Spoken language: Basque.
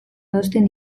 adosten